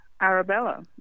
Arabella